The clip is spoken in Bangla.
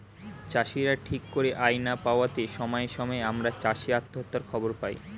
চাষীরা ঠিক করে আয় না পাওয়াতে সময়ে সময়ে আমরা চাষী আত্মহত্যার খবর পাই